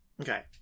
Okay